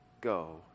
Go